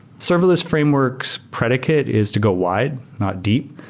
serverless frameworks predicate is to go wide, not deep,